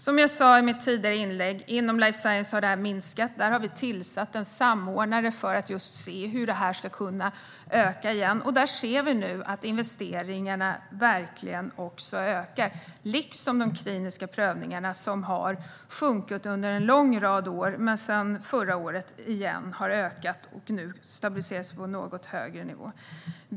Som jag sa i mitt tidigare inlägg har detta minskat inom life science. Vi har tillsatt en samordnare för att se hur det ska kunna öka igen, och vi märker nu att investeringarna ökar. Detsamma gäller de kliniska prövningarna, som har minskat under en lång rad år men som har ökat igen sedan förra året och som nu har stabiliserats på en något högre nivå.